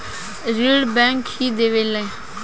ऋण बैंक ही देवेला